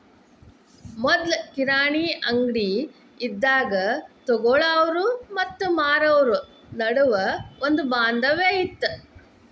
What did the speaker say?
ಮೊದ್ಲು ಕಿರಾಣಿ ಅಂಗ್ಡಿ ಇದ್ದಾಗ ತೊಗೊಳಾವ್ರು ಮತ್ತ ಮಾರಾವ್ರು ನಡುವ ಒಂದ ಬಾಂಧವ್ಯ ಇತ್ತ